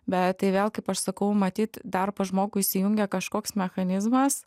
bet tai vėl kaip aš sakau matyt dar pas žmogų įsijungia kažkoks mechanizmas